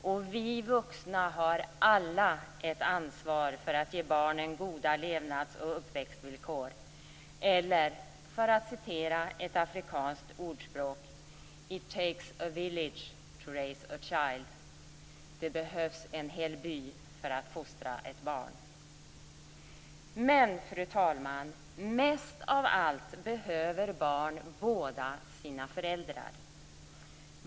Vi vuxna har alla ett ansvar för att ge barnen goda levnads och uppväxtvillkor, eller för att citera ett afrikanskt ordspråk: "It takes a village to raise a child." Det behövs en hel by för att fostra ett barn. Fru talman! Men mest av allt behöver barn båda sina föräldrar.